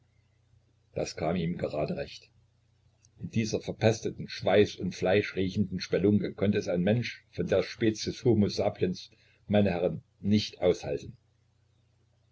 das kam ihm gerade recht in dieser verpesteten schweiß und fleischriechenden spelunke konnte es ein mensch von der species homo sapiens meine herren nicht aushalten